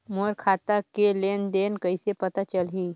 मोर खाता के लेन देन कइसे पता चलही?